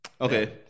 okay